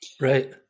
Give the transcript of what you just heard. Right